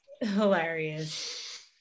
hilarious